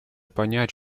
понять